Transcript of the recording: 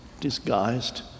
disguised